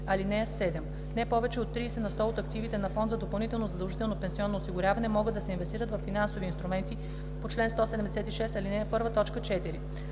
т. 3. (7) Не повече от 30 на сто от активите на фонд за допълнително задължително пенсионно осигуряване могат да се инвестират във финансови инструменти по чл. 176, ал. 1, т. 4.